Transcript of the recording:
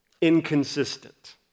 inconsistent